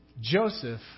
Joseph